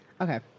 Okay